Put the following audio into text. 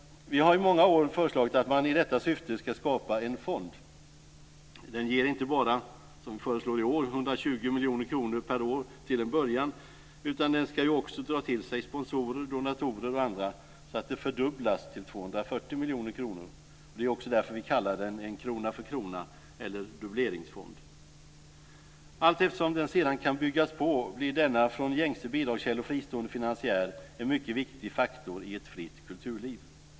Vi har i många år föreslagit att man i detta syfte ska skapa en fond. Den ger inte bara som vi föreslår i år 120 miljoner kronor per år till en början, utan den ska ju också dra till sig sponsorer, donatorer och andra så att det fördubblas till 240 miljoner kronor. Det är ju också därför vi kallar den en krona-för-krona eller dubbleringsfond. Allteftersom den sedan kan byggas på blir denna från gängse bidragskällor fristående finansiär en mycket viktig faktor i ett fritt kulturliv.